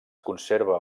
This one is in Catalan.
conserva